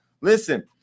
Listen